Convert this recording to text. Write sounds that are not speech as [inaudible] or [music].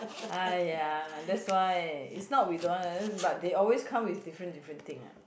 !aiya! that's why is not we don't want [noise] but they always come with different different thing ah